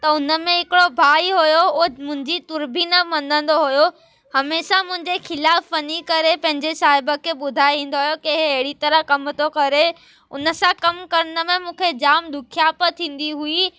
त उन में हिकिड़ो भाई हुओ उहो मुंहिंजी तुर बि न मञंदो हुओ हमेसा मुंहिंजे खिलाफ़ु वञी करे पंहिंजे साहिब खे ॿुधाए ईंदो हुओ की इहे अहिड़ी तरह कमु थो करे उन सां कमु करण में मूंखे जाम ॾुखियाप थींदी हुई